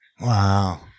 Wow